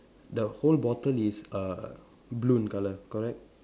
the whole bottle is uh blue in colour correct